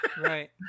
Right